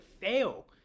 fail